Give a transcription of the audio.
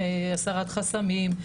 הסרת חסמים,